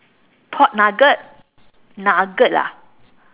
pork nugget nugget ah